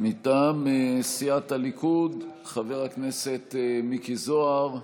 מטעם סיעת הליכוד, חבר הכנסת מיקי זוהר.